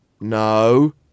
No